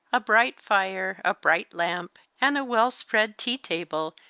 a bright fire, a bright lamp, and a well-spread tea-table,